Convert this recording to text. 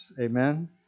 Amen